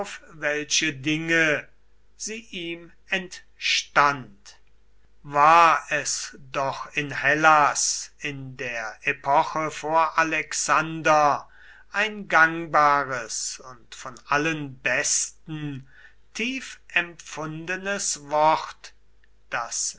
welche dinge sie ihm entstand war es doch in hellas in der epoche vor alexander ein gangbares und von allen besten tief empfundenes wort daß